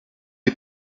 les